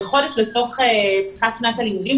חודש לתוך פתיחת שנת הלימודים,